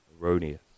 erroneous